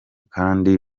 kandi